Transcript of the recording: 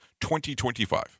2025